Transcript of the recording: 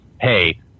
hey